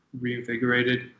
reinvigorated